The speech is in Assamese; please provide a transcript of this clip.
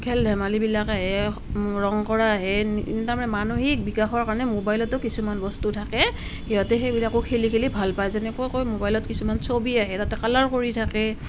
খেল ধেমালিবিলাক আহে ৰং কৰা আহে তাৰমানে মানসিক বিকাশৰ কাৰণে মোবাইলতো কিছুমান বস্তু থাকে সিহঁতে সেইবিলাকো খেলি খেলি ভাল পায় যেনেকুৱাকৈ মোবাইলত কিছুমান ছবি আহে তাতে কালাৰ কৰি থাকে